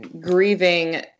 grieving